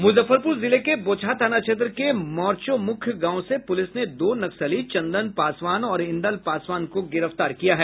मुजफ्फरपूर जिले के बोचहा थाना क्षेत्र के मोरचौमुख गांव से पूलिस ने दो नक्सली चंदन पासवान और इंदल पासवान को गिरफ्तार किया है